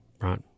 right